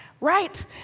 right